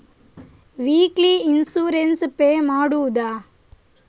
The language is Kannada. ವೀಕ್ಲಿ ಇನ್ಸೂರೆನ್ಸ್ ಪೇ ಮಾಡುವುದ?